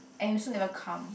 and you also never come